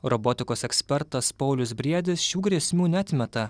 robotikos ekspertas paulius briedis šių grėsmių neatmeta